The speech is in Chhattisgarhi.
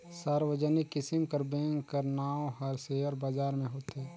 सार्वजनिक किसिम कर बेंक कर नांव हर सेयर बजार में होथे